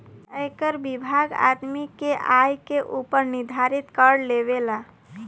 आयकर विभाग आदमी के आय के ऊपर निर्धारित कर लेबेला